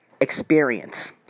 Experience